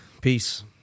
Peace